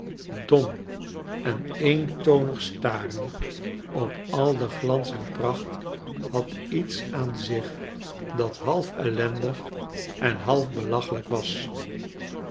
dom en eentonig staren op al den glans en pracht had iets aan zich dat half eilendig en half belachelijk was